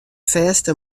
fêste